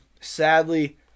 sadly